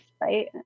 right